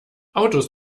autos